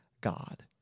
God